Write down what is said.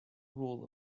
rule